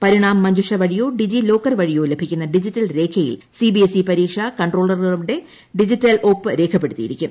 പരിണാം മഞ്ജുഷ വഴിയോ DigiLocker വഴിയോ ലഭിക്കുന്ന ഡിജിറ്റൽ രേഖയിൽ സിബിഎസ്ഇ പര്യീക്ഷ കൺട്രോളറുകളുടെ ഡിജിറ്റൽ ഒപ്പ് രേഖപ്പെടുത്തിയിരിക്കും